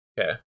Okay